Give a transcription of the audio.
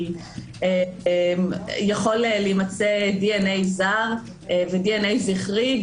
כי יכול להימצא דנ"א זר ודנ"א זכרי,